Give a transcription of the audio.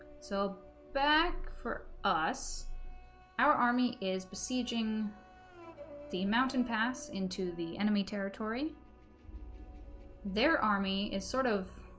so back for us our army is besieging the mountain pass into the enemy territory their army is sort of